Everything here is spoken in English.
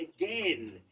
again